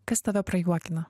kas tave prajuokina